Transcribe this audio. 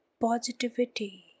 positivity